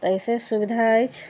तऽ एहीसँ सुविधा अछि